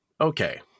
okay